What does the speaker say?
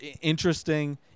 interesting